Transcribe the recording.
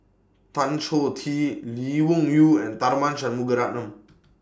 Tan Choh Tee Lee Wung Yew and Tharman Shanmugaratnam